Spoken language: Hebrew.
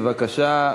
בבקשה,